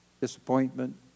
disappointment